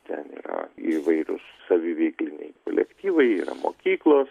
ten yra įvairūs saviveikliniai kolektyvai yra mokyklos